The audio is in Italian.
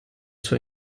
suo